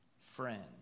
friend